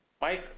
Mike